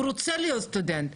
הוא רוצה להיות סטודנט,